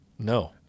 no